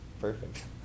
Perfect